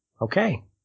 Okay